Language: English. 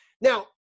Now